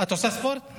את עושה ספורט?